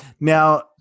Now